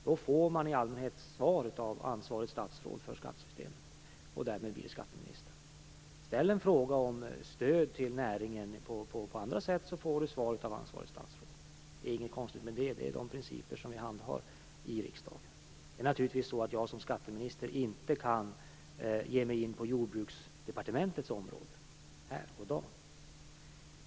Då får man i allmänhet svar av det statsråd som har ansvar för skattesystemet, alltså skatteministern. Ställ en fråga om stöd till näringen på andra sätt, så ges svar av ansvarigt statsråd. Det är inget konstigt med det. Det är de principer som vi har i riksdagen. Det är naturligtvis på det sättet att jag som skatteminister inte kan ge mig in på Jordbruksdepartementets område här och i dag.